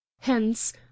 hence